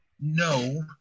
No